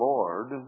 Lord